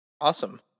Awesome